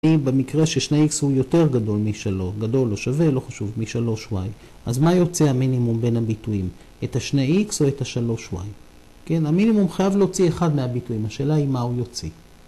‫אם במקרה ש2x הוא יותר גדול מ 3, ‫גדול או שווה לא חשוב, מ 3y, ‫אז מה יוצא המינימום בין הביטויים? ‫את ה-2x או את ה-3y. כן, ‫המינימום חייב להוציא ‫אחד מהביטויים, השאלה היא מה הוא יוציא.